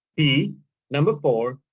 the number four,